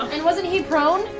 and wasn't he prone?